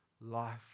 life